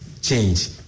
change